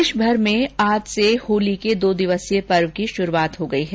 प्रदेशभर में आज से होली के दो दिवसीय पर्व की शुरूआत हो गई है